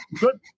good